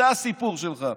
זה הסיפור שלך.